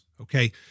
Okay